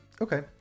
Okay